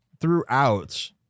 throughout